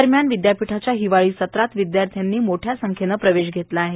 दरम्यान विद्यापीठाच्या हिवाळी सत्रात विद्यार्थ्यांनी मोठ्या संख्येनं प्रवेश घेतला आहे